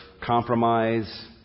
compromise